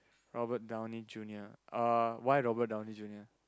Robert-Downey-Junior uh why Robert-Downey-Junior